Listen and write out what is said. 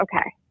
okay